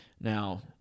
Now